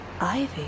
Ivy